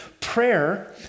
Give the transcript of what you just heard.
prayer